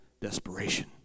desperation